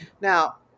now